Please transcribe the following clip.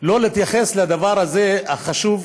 לא להתייחס לדבר הזה, החשוב,